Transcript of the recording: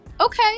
Okay